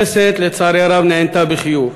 לצערי הרב, הכנסת נענתה בחיוב.